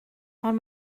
ond